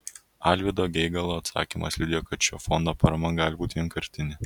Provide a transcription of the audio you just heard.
alvydo geigalo atsakymas liudija kad šio fondo parama gali būti vienkartinė